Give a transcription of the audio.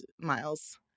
Miles